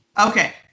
Okay